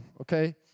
okay